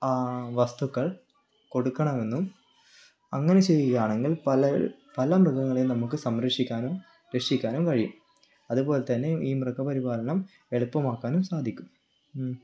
വസ്തുക്കൾ കൊടുക്കണമെന്നും അങ്ങനെ ചെയ്യുകയാണെങ്കിൽ പല പല മൃഗങ്ങളെയും നമുക്ക് സംരക്ഷിക്കാനും രക്ഷിക്കാനും കഴിയും അതുപോലെ തന്നെ ഈ മൃഗപരിപാലനം എളുപ്പമാക്കാനും സാധിക്കും